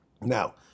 Now